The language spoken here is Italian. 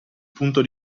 punto